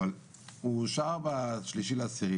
אבל הוא אושר ב-3.10,